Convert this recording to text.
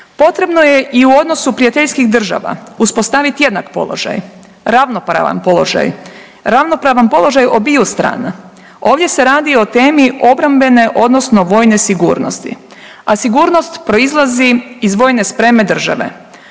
Potrebno je i u odnosu prijateljskih država uspostaviti jednak položaj, ravnopravan položaj, ravnopravan položaj obiju strana. Ovdje se radi o temi obrambene, odnosno vojne sigurnosti, a sigurnost proizlazi iz vojne spreme države.